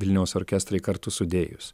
vilniaus orkestrai kartu sudėjus